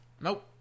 Nope